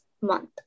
Month